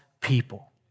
people